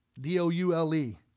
D-O-U-L-E